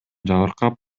жабыркап